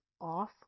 off